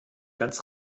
ganz